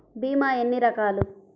భీమ ఎన్ని రకాలు?